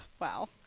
Wow